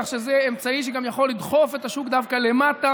כך שזה אמצעי שגם יכול לדחוף את השוק דווקא למטה